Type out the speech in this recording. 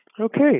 Okay